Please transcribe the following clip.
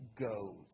goes